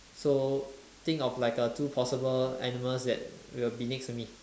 so think of like a two possible animals that will be next to me